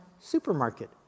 supermarket